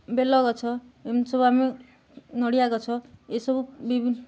ବେଲ ଗଛ ଏମିତି ସବୁ ଆମେ ନଡ଼ିଆ ଗଛ ଏସବୁ ବି